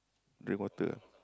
drink water